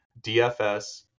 dfs